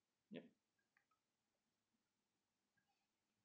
yup